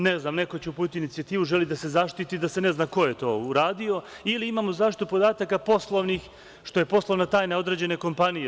Neko će uputiti inicijativu, želi da se zaštiti, da se ne zna ko je to uradio ili imamo zaštitu podataka poslovnih, što je poslovna tajna određene kompanije.